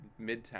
Midtown